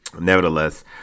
nevertheless